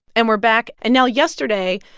and we're back. and now yesterday,